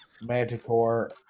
Manticore